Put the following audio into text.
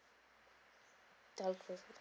telco